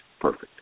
perfect